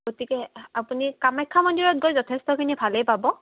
গতিকে আপুনি কামাখ্যা মন্দিৰত গৈ যথেষ্টখিনি ভালেই পাব